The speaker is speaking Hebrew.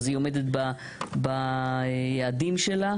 אז היא עומדת ביעדים שלה.